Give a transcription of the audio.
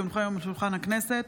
כי הונחו היום על שולחן הכנסת,